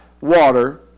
water